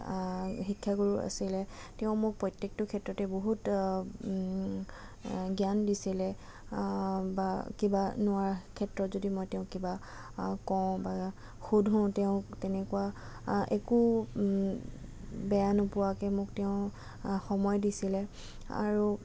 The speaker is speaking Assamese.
শিক্ষাগুৰু আছিলে তেওঁ মোক প্ৰত্যেকটো ক্ষেত্ৰতে বহুত জ্ঞান দিছিলে বা কিবা নোৱাৰা ক্ষেত্ৰত যদি মই তেওঁক কিবা কওঁ বা সোধো তেওঁক তেনেকুৱা একো বেয়া নোপোৱাকৈ মোক তেওঁ সময় দিছিলে আৰু